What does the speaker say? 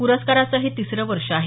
पुरस्काराचं हे तिसरं वर्ष आहे